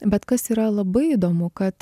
bet kas yra labai įdomu kad